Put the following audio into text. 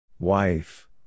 Wife